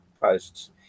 posts